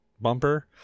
bumper